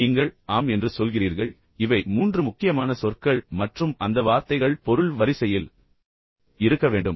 நீங்கள் ஆம் என்று சொல்கிறீர்கள் இவை மூன்று முக்கியமான சொற்கள் மற்றும் அந்த வார்த்தைகள் பொருள் வரிசையில் இருக்க வேண்டும்